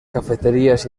cafeterías